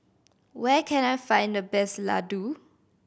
where can I find the best Ladoo